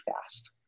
fast